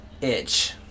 itch